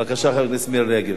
בבקשה, חברת הכנסת רגב.